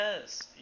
yes